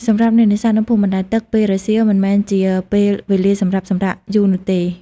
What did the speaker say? សម្រាប់អ្នកនេសាទនៅភូមិបណ្ដែតទឹក ពេលរសៀលមិនមែនជាពេលវេលាសម្រាប់សម្រាកយូរនោះទេ។